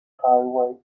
highway